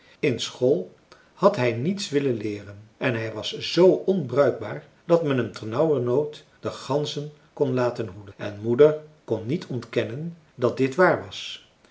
in school had hij niets willen leeren en hij was zoo onbruikbaar dat men hem ternauwernood de ganzen kon laten hoeden en moeder kon niet ontkennen dat dit waar was